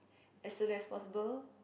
as soon as possible